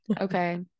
okay